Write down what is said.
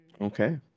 Okay